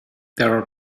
there